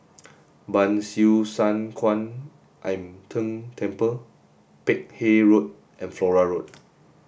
Ban Siew San Kuan Im Tng Temple Peck Hay Road and Flora Road